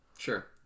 Sure